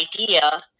idea